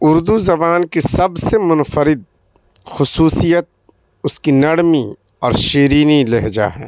اردو زبان کی سب سے منفرد خصوصیت اس کی نرمی اور شرینی لہجہ ہے